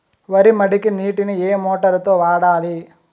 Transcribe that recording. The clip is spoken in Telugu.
వరి మడికి నీటిని ఏ మోటారు తో వాడాలి?